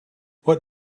what